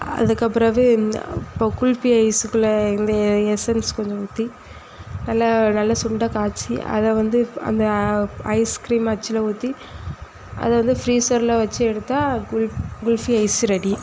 அதுக்குப் பிறகு இப்போ குல்ஃபி ஐஸ்ஸுக்குள்ளே இந்த எசென்ஸ் கொஞ்சம் ஊற்றி நல்லா நல்லா சுண்ட காய்ச்சி அதை வந்து அந்த ஐஸ்க்ரீம் அச்சில் ஊற்றி அதை வந்து ஃப்ரீஸரில் வச்சு எடுத்தால் குல்ஃபி ஐஸ்ஸு ரெடி